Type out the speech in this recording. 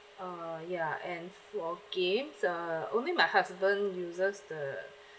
uh ya and for games uh only my husband uses the